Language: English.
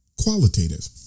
qualitative